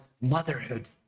motherhood